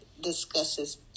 discusses